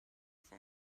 for